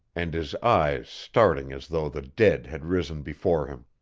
and his eyes starting as though the dead had risen before him.